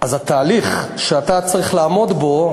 אז התהליך שאתה צריך לעמוד בו,